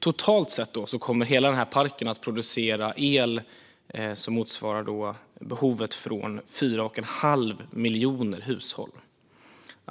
Totalt sett kommer hela denna park att producera el som motsvarar behovet för fyra och en halv miljoner hushåll. Det